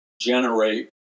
generate